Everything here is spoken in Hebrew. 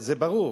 זה ברור.